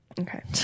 Okay